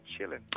chilling